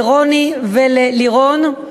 לרוני וללירון.